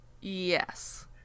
Yes